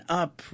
up